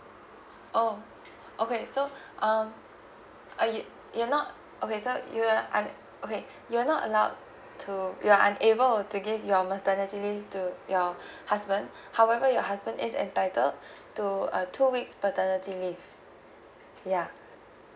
oh okay so um uh you you're not okay so you're un~ okay you're not allowed to you're unable to give your maternity leave to your husband however your husband is entitled to a two weeks paternity leave ya